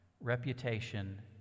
reputation